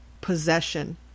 Possession